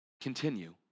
continue